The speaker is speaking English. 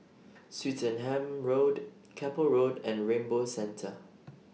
Swettenham Road Keppel Road and Rainbow Centre